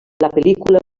pel·lícula